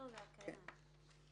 נכון.